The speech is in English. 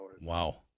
Wow